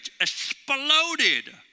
exploded